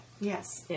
Yes